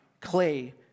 clay